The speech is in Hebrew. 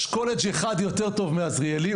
יש קולג' אחד יותר טוב מעזריאלי,